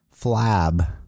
flab